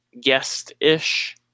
guest-ish